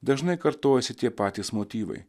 dažnai kartojasi tie patys motyvai